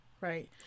right